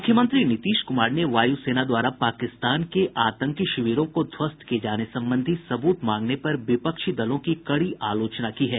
मुख्यमंत्री नीतीश कुमार ने वायुसेना द्वारा पाकिस्तान के आतंकी शिविरों को ध्वस्त किये जाने संबंधी सबूत मांगने पर विपक्षी दलों की कड़ी आलोचना की है